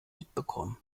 mitbekommen